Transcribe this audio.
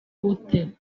ute